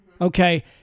Okay